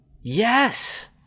Yes